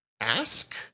ask